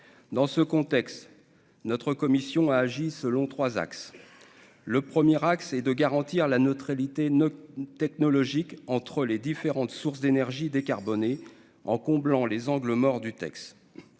dans ce contexte, notre commission a agi selon 3 axes : le premier axe, c'est de garantir la neutralité ne technologique entre les différentes sources d'énergies décarbonnées en comblant les angles morts du texte